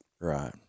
Right